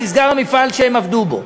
נסגר המפעל שהם עבדו בו.